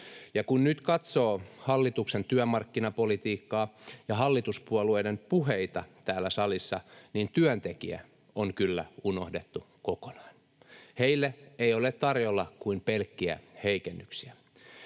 Kun nyt katsoo hallituksen työmarkkinapolitiikkaa ja hallituspuolueiden puheita täällä salissa, niin työntekijä on kyllä unohdettu kokonaan. Heille ei ole tarjolla kuin pelkkiä heikennyksiä.